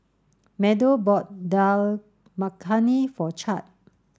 Meadow bought Dal Makhani for Chadd